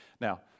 Now